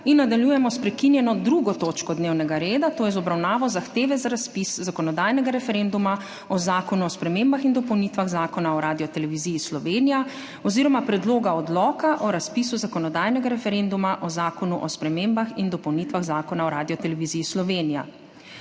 Nadaljujemo s prekinjeno 2. točko dnevnega reda - zahteva za razpis zakonodajnega referenduma o Zakonu o spremembah in dopolnitvah Zakona o Radioteleviziji Slovenija oziroma Predloga odloka o razpisu zakonodajnega referenduma o Zakonu o spremembah in dopolnitvah Zakona o Radioteleviziji Slovenija.